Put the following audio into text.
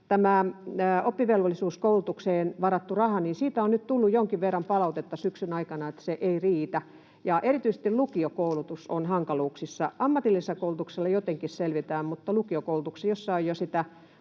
oppivelvollisuuskoulutukseen varatusta rahasta on nyt tullut jonkin verran palautetta syksyn aikana, että se ei riitä. Ja erityisesti lukiokoulutus on hankaluuksissa. Ammatillisessa koulutuksessa jotenkin selvitään, mutta lukiokoulutuksessa on hankaluuksia